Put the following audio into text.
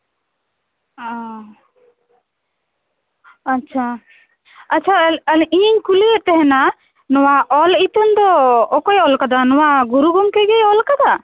ᱚᱻ ᱟᱪᱪᱷᱟ ᱟᱪᱪᱷᱟ ᱤᱧᱤᱧ ᱠᱩᱞᱤᱭᱮᱫ ᱛᱟᱦᱮᱸᱱᱟ ᱱᱚᱣᱟ ᱚᱞ ᱤᱛᱩᱱ ᱫᱚ ᱚᱠᱚᱭᱮ ᱚᱞᱟᱠᱟᱫᱟ ᱱᱚᱣᱟ ᱜᱩᱨᱩ ᱜᱚᱝᱠᱮ ᱜᱮᱭ ᱚᱞᱟᱠᱟᱫᱟ